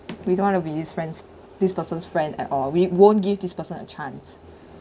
we don't want to be his friends this person's friend at all we won't give this person a chance